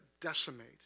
decimate